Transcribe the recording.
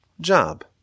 job